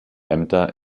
ämter